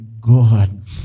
God